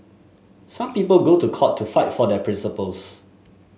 some people go to court to fight for their principles